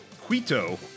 Quito